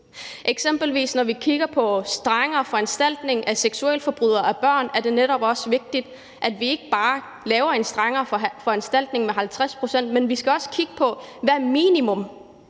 Eksempelvis når vi kigger på strengere foranstaltning for seksualforbrydere i forhold til børn, er det netop også vigtigt, at vi ikke bare laver en strengere foranstaltning med 50 pct.'s forhøjelse. Vi skal også kigge på, hvad minimum